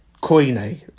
Queenie